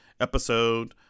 episode